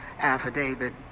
affidavit